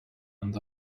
and